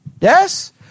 Yes